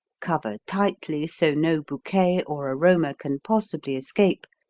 cover tightly so no bouquet or aroma can possibly escape,